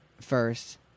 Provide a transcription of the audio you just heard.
first